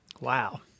Wow